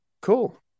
cool